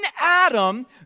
Adam